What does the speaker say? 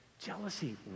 Jealousy